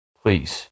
please